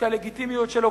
שהלגיטימיות שלו,